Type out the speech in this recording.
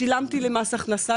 את כל המקדמות שלי למס הכנסה,